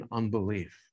unbelief